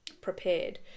prepared